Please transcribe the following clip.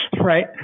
right